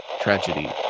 tragedy